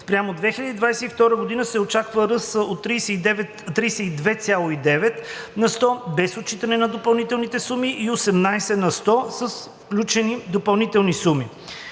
Спрямо юни 2022 г. се очаква ръст от 32,9 на сто без отчитане на допълнителните суми и 18,0 на сто с включени допълнителни суми.